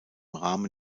rahmen